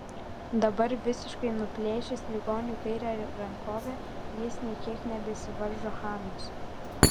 dabar visiškai nuplėšęs ligoniui kairę rankovę jis nė kiek nebesivaržo hanos